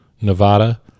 Nevada